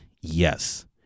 yes